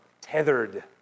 tethered